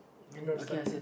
I'm gonna study